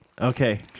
Okay